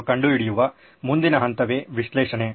ಎಂದು ಕಂಡುಹಿಡಿಯುವ ಮುಂದಿನ ಹಂತವೇ ವಿಶ್ಲೇಷಣೆ